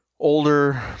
Older